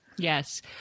Yes